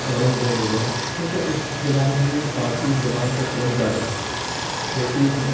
اورنگ زیب وغیرہ چونکہ اس زمانے میں بھی فارسی زبان کا چلن زیادہ تھا لیکن